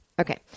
Okay